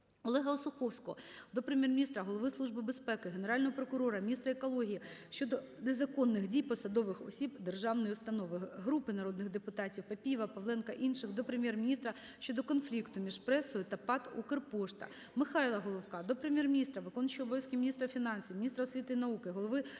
Олега Осуховського до Прем'єр-міністра, Голови Служби безпеки, Генерального прокурора, міністра екології щодо незаконних дій посадових осіб державної установи. Групи народних депутатів (Папієва, Павленка інших) до Прем'єр-міністра щодо конфлікту між пресою та ПАТ "Укрпошта". Михайла Головка до Прем'єр-міністра, виконувача обов'язків міністра фінансів, міністра освіти і науки, голови Тернопільської